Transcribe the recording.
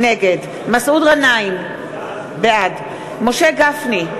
נגד מסעוד גנאים, בעד משה גפני,